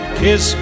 kiss